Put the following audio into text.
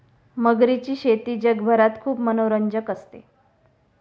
मगरीची शेती जगभरात खूप मनोरंजक असते